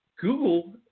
Google